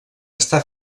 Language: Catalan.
està